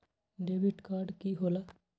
Debit card की होला?